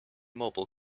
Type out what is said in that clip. mobile